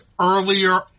earlier